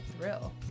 thrill